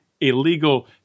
illegal